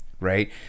right